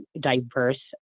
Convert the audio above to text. diverse